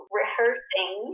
rehearsing